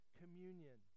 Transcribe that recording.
communion